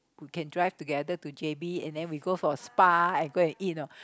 we can drive together to j_b and then we go for spa and go and eat you know